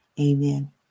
Amen